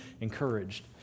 encouraged